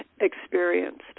experienced